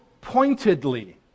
pointedly